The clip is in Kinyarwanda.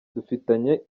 dufitanye